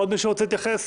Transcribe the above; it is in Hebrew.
עוד מישהו רוצה להתייחס?